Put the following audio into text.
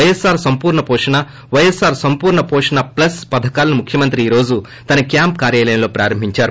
వైఎస్పార్ సంపూర్ణ పోషణ వైఎస్పార్ సంపూర్ల వోషణ ప్లస్ పథకాలను ముఖ్యమంత్రి ఈ రోజు తన క్యాంపు కార్యాలయంలో ప్రారంభించారు